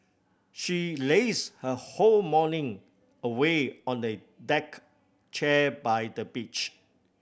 she laze her whole morning away on the deck chair by the beach